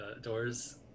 doors